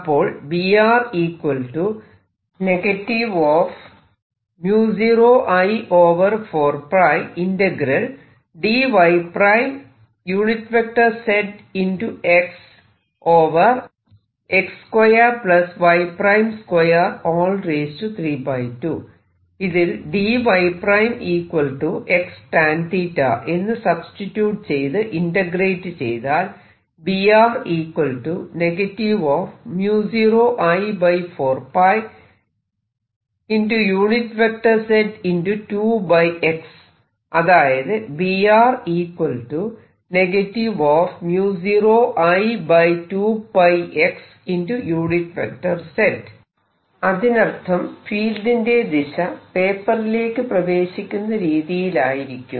അപ്പോൾ ഇതിൽ dy ′ x tan എന്ന് സബ്സ്റ്റിട്യൂട് ചെയ്ത് ഇന്റഗ്രേറ്റ് ചെയ്താൽ അതായത് അതിനർത്ഥം ഫീൽഡിന്റെ ദിശ പേപ്പറിലേക്ക് പ്രവേശിക്കുന്ന രീതിയിലായിരിക്കും